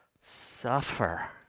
suffer